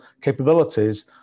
capabilities